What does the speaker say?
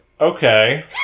Okay